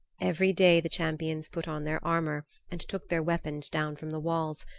every day the champions put on their armor and took their weapons down from the walls,